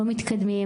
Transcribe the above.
לא מתקדמים,